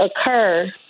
occur